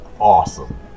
awesome